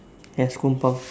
as kompang